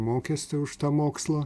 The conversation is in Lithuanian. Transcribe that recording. mokestį už tą mokslą